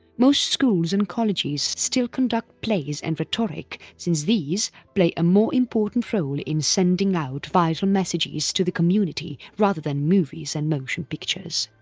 most schools and colleges still conduct plays and rhetoric since these play a more important role in sending out vital messages to the community rather than movies and motion pictures.